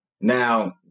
Now